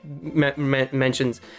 mentions